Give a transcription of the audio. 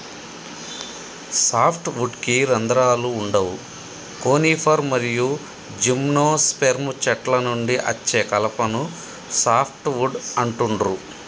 soft వుడ్కి రంధ్రాలు వుండవు కోనిఫర్ మరియు జిమ్నోస్పెర్మ్ చెట్ల నుండి అచ్చే కలపను సాఫ్ట్ వుడ్ అంటుండ్రు